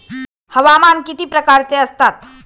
हवामान किती प्रकारचे असतात?